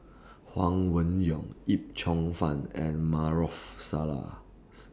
Huang Wenhong Yip Cheong Fun and Maarof Salleh's